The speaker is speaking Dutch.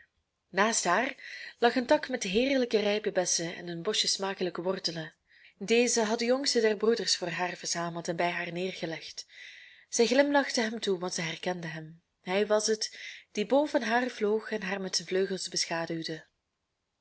naast haar lag een tak met heerlijke rijpe bessen en een bosje smakelijke wortelen deze had de jongste der broeders voor haar verzameld en bij haar neergelegd zij glimlachte hem toe want zij herkende hem hij was het die boven haar vloog en haar met zijn vleugels beschaduwde